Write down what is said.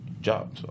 job